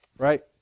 Right